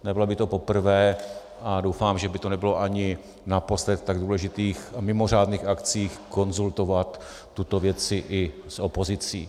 Nebylo by to poprvé a doufám, že by to nebylo ani naposled v tak důležitých mimořádných akcích konzultovat tyto věci i s opozicí.